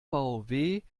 komplett